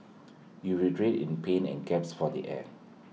he writhed in pain and gasped for air